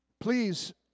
Please